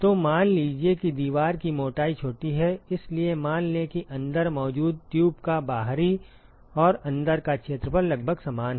तो मान लीजिए कि दीवार की मोटाई छोटी है इसलिए मान लें कि अंदर मौजूद ट्यूब का बाहरी और अंदर का क्षेत्रफल लगभग समान है